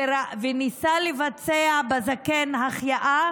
ניסה לבצע בזקן החייאה